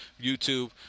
YouTube